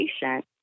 patient